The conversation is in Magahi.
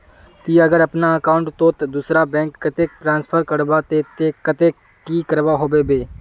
ती अगर अपना अकाउंट तोत दूसरा बैंक कतेक ट्रांसफर करबो ते कतेक की करवा होबे बे?